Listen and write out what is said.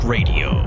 Radio